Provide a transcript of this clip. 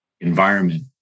environment